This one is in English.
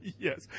Yes